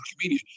comedian